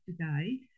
today